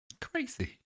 Crazy